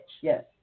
Yes